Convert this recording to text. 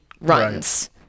runs